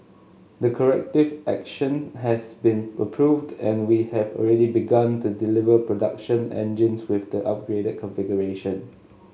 the corrective action has been approved and we have already begun to deliver production engines with the upgraded configuration